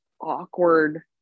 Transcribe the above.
awkward